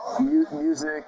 music